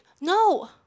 No